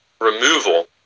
removal